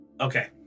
Okay